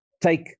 Take